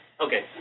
okay